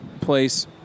place